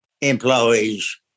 employees